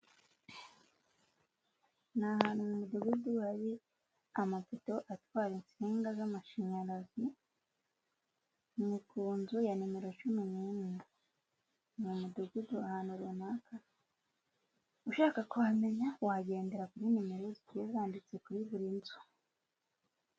Ni ahantu mu mudugudu hari amapoto atwara insinga z'amashanyarazi, ni ku nzu ya nimero cumi n'imwe, ni umudugudu ahantu runaka, ushaka kuhamenya wagendera kuri nimero zigiye zanditse kuri buri nzu.